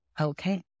Okay